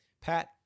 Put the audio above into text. Pat